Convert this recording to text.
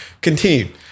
continue